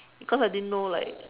because I didn't know like